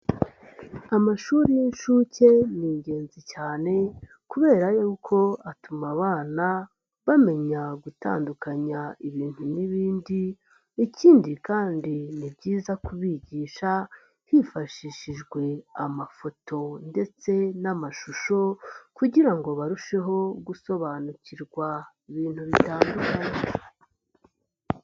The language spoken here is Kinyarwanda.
Amashuri y'inshuke ni ingenzi cyane kubera yuko atuma abana bamenya gutandukanya ibintu n'ibindi, ikindi kandi ni byiza kubigisha hifashishijwe amafoto ndetse n'amashusho kugira ngo barusheho gusobanukirwa ibintu bitandukanye.